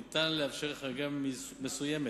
ניתן לאפשר חריגה מסוימת